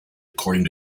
according